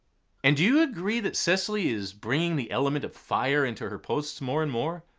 and do you agree that cecily is bringing the element of fire into her posts more and more?